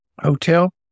hotel